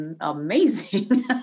amazing